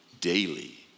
daily